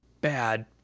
bad